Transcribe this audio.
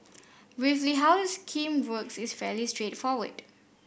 briefly how the scheme works is fairly straightforward